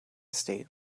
estate